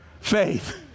faith